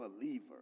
believer